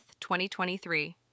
2023